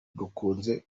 dukunze